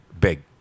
big